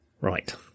right